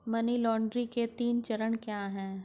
Money laundering के तीन चरण क्या हैं?